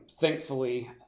thankfully